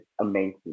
amazing